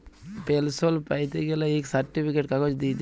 পেলসল প্যাইতে গ্যালে ইক সার্টিফিকেট কাগজ দিইতে হ্যয়